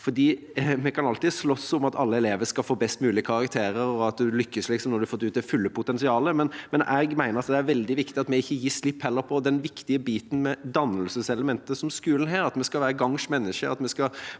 Vi kan alltids slåss om at alle elever skal få best mulig karakterer, at en liksom lykkes når en har fått ut det fulle potensialet, men jeg mener det er veldig viktig at vi ikke gir slipp på den viktige biten med dannelseselementet som skolen har – at vi skal være gagns mennesker,